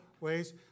ways